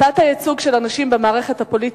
תת-הייצוג של הנשים במערכת הפוליטית,